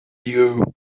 you